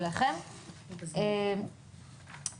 בשבוע שלאחר מכן אנחנו נקיים דיון נוסף על בית חולים העמק ונבקש לקבל